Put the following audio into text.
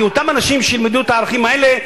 כי אותם אנשים שילמדו את הערכים האלה,